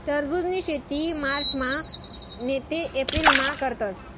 टरबुजनी शेती मार्चमा नैते एप्रिलमा करतस